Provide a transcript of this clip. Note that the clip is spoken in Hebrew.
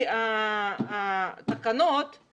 התקנות,